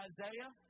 Isaiah